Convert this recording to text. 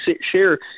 share